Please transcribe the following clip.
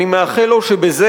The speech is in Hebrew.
אני מאחל לו שבזה,